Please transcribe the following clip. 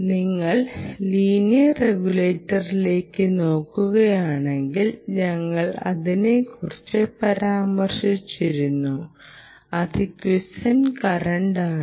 നിങ്ങൾ ലീനിയർ റെഗുലേറ്ററിലേക്ക് നോക്കുകയാണെങ്കിൽ ഞങ്ങൾ അതിനെക്കുറിച്ച് പരാമർശിച്ചിരുന്നു അത് ക്വിസെന്റ് കറൻറ് ആണ്